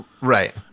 Right